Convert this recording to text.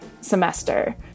semester